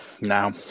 now